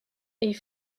est